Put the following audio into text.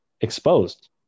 exposed